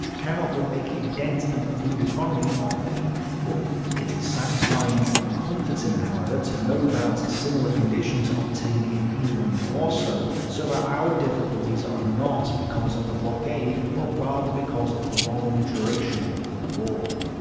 cannot but make a dent in the food economy of a people. it is satisfying and comforting, however, to know that similar conditions obtain in england also, so that our difficulties are not because of the blockade but rather because of the long duration of the war.